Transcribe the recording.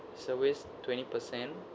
service twenty percent